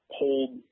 hold